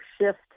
shift